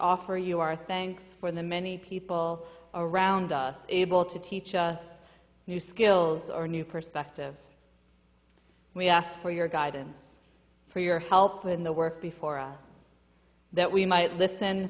offer you our thanks for the many people around us able to teach us new skills our new perspective we ask for your guidance for your help in the work before us that we might listen